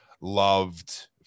loved